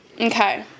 Okay